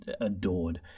adored